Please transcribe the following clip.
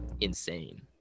insane